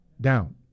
down